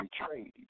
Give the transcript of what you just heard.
betrayed